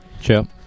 sure